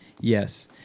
Yes